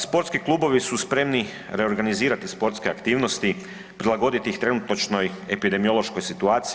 Sportski klubovi su spremni reorganizirati sportske aktivnosti, prilagoditi ih trenutačnoj epidemiološkoj situaciji.